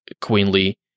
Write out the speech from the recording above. queenly